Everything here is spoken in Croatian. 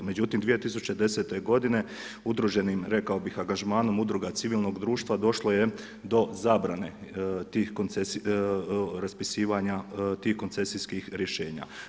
Međutim, 2010. godine udruženim, rekao bih, angažmanom udruga civilnog društva došlo je do zabrane tih raspisivanja tih koncesijskih rješenja.